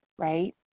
Right